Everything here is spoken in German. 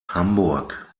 hamburg